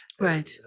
Right